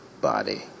body